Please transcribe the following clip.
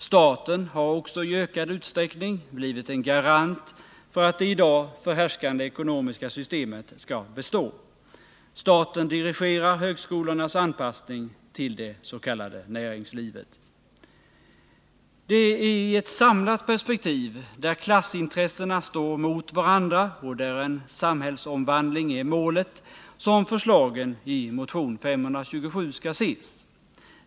Staten har också i ökad utsträckning blivit en garant för att det i dag förhärskande ekonomiska systemet skall bestå. Staten dirigerar högskolornas anpassning till det s.k. näringslivet. Det är i ett samlat perspektiv, där klassintressena står mot varandra och där en samhällsomvandling är målet, som förslagen i motion 527 skall ses.